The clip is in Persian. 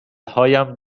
هایم